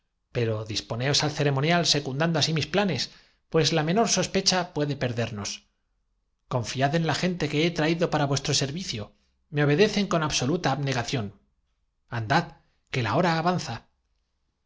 pero disponeos al ceremonial este lado secundando así mis planes pues la menor sospecha en la cajaañadió juanita consultando con los puede perdernos confiad en la gente que he traído ojos al anticuario para vuestro servicio me obedecen con absoluta ab cómo en la